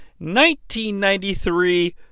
1993